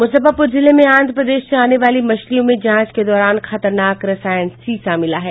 मुजफ्फरपुर जिले में आंध्र प्रदेश से आने वाली मछलियों में जांच के दौरान खतरनाक रसायन सीसा मिला है